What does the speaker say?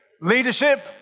leadership